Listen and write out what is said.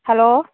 hello